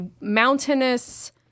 mountainous